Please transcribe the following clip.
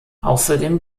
außerdem